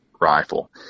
rifle